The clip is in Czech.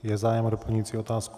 Je zájem o doplňující otázku?